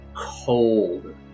cold